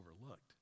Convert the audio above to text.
overlooked